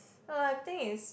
no I think is